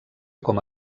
com